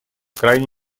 крайне